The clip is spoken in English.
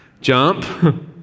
Jump